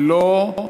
לא.